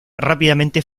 rápidamente